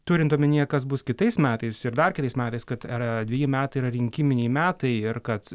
turint omenyje kas bus kitais metais ir dar kitais metais kad yra dveji metai yra rinkiminiai metai ir kad